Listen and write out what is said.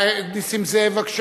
נסים זאב, בבקשה.